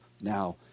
now